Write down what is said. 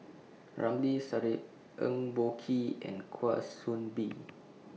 Ramli Sarip Eng Boh Kee and Kwa Soon Bee